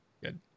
good